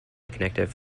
connective